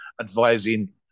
advising